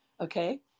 okay